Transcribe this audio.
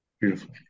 Beautiful